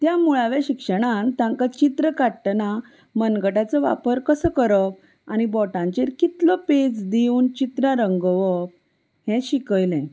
त्या मुळाव्या शिक्षणान तांकां चित्र काडटना मनगटाचो वापर कसो करप आनी बोटांचेर कितलो पेज दिवन चित्रां रंगोवप हें शिकयलें